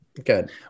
good